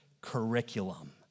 curriculum